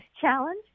challenge